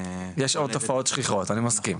יש עוד תופעות שכיחות, אני מסכים.